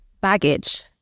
baggage